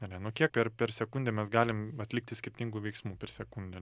ane nu kiek per per sekundę mes galim atlikti skirtingų veiksmų per sekundę